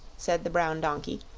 said the brown donkey,